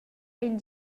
ein